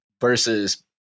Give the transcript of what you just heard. versus